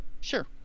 Sure